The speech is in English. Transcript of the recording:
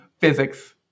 physics